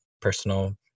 personal